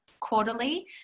quarterly